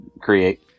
create